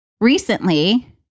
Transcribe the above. recently